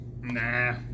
nah